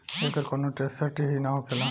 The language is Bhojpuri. एकर कौनो टेसट ही ना होखेला